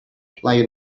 play